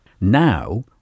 Now